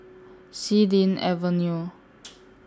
Xilin Avenue